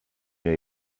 mir